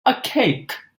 archaic